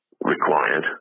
required